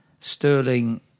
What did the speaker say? Sterling